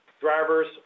drivers